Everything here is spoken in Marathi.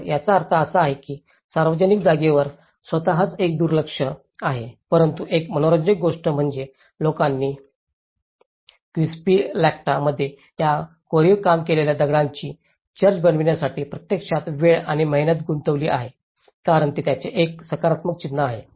तर याचा अर्थ असा आहे की सार्वजनिक जागेवर स्वतःच एक दुर्लक्ष आहे परंतु एक मनोरंजक गोष्ट म्हणजे लोकांनी क्विस्पिलॅक्ट मध्ये या कोरीव काम केलेल्या दगडांची चर्च बनविण्यासाठी प्रत्यक्षात वेळ आणि मेहनत गुंतवली कारण हे त्याचे एक सकारात्मक चिन्ह आहे